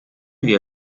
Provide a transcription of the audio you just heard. wir